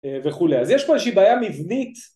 וכולי אז יש פה איזושהי בעיה מבנית